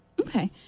Okay